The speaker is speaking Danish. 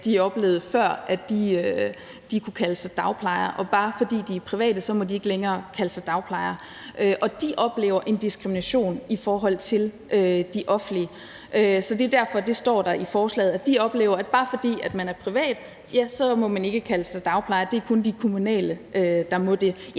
før oplevede, at de kunne kalde sig dagplejere. Og bare fordi de er private, må de ikke længere kalde sig dagplejere. De oplever en diskrimination i forhold til de offentlige. Så det er derfor, at det står i forslaget, nemlig at de oplever, at man, bare fordi man er privat, ikke må kalde sig dagplejere. Det er kun de kommunale, der må det